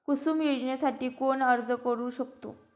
कुसुम योजनेसाठी कोण अर्ज करू शकतो?